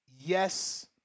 yes